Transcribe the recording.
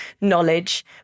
knowledge